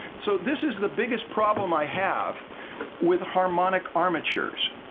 so, this is the biggest problem i have with harmonic armatures,